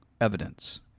evidence